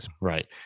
Right